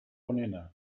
onena